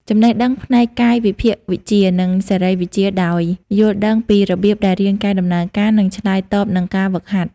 ចំណេះដឹងផ្នែកកាយវិភាគវិទ្យា និងសរីរវិទ្យាដោយ យល់ដឹងពីរបៀបដែលរាងកាយដំណើរការ និងឆ្លើយតបនឹងការហ្វឹកហាត់។